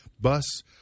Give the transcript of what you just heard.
bus